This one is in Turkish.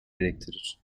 gerektirir